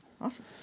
Awesome